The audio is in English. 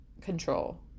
control